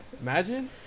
imagine